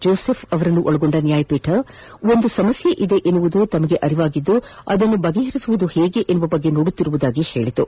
Joseph ಅವರನ್ನೊಳಗೊಂಡ ಪೀಠ ಒಂದು ಸಮಸ್ಯೆ ಇದೆ ಎಂಬುದು ತಮಗೆ ಅರಿವಾಗಿದ್ದು ಅದನ್ನು ಪರಿಹರಿಸುವುದು ಹೇಗೆ ಎಂಬ ಬಗ್ಗೆ ನೋಡುತ್ತಿರುವುದಾಗಿ ಹೇಳಿತು